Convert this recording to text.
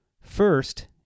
First